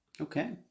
Okay